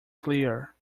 clear